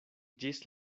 ĝis